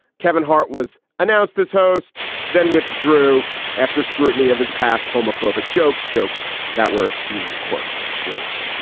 kevin hart was announced as host, then withdrew after scrutiny of his past homophobic jokes, jokes. that word being in quotes, jokes.